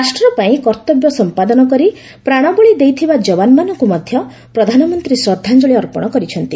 ରାଷ୍ଟ୍ରପାଇଁ କର୍ଭବ୍ୟ ସମ୍ପାଦନ କରି ପ୍ରାଣବଳି ଦେଇଥିବା ଯବାନମାନଙ୍କୁ ମଧ୍ୟ ପ୍ରଧାନମନ୍ତ୍ରୀ ଶ୍ରଦ୍ଧାଞ୍ଚଳି ଅର୍ପଣ କରିଛନ୍ତି